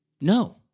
No